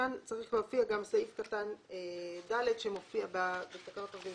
כאן צריך להופיע גם סעיף קטן (ד) בתקנות עובדים